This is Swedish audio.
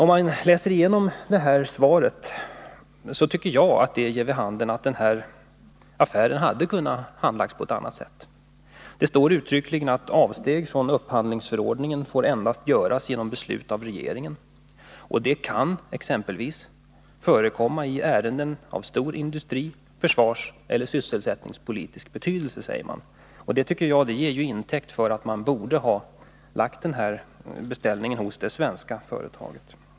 Jag tycker att svaret ger vid handen att den här affären hade kunnat handläggas på ett annat sätt. Det sägs i svaret uttryckligen: ”Avsteg från upphandlingsförordningen får endast göras genom beslut av regeringen. Detta kan exempelvis förekomma i ärenden av stor industri-, försvarseller sysselsättningspolitisk betydelse.” Det tar jag till intäkt för påståendet att man borde ha lagt den här beställningen hos det svenska företaget.